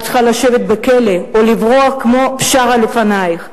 את צריכה לשבת בכלא או לברוח, כמו בשארה לפנייך.